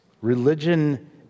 Religion